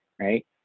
Right